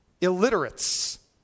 Illiterates